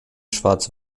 schwarz